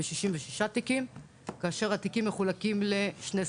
ב-66 תיקים כאשר הם מחולקים לשני סוגים: